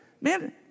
man